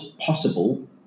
possible